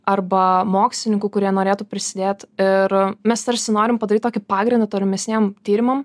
arba mokslininkų kurie norėtų prisidėt ir mes tarsi norim padaryt tokį pagrindą tolimesniem tyrimam